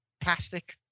plastic